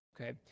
okay